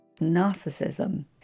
Narcissism